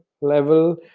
level